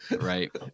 right